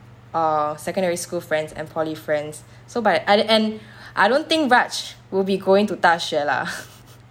err secondary school friends and poly friends so by and and I don't think raj will be going to 大学 lah